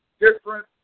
different